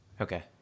okay